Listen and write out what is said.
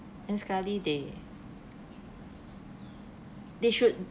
and sekali they they should